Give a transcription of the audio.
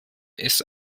ist